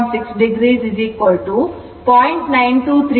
6 o 0